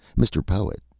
mr. poet,